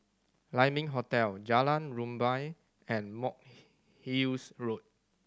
Lai Ming Hotel Jalan Rumbia and Monk Hill's Road